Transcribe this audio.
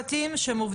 שם.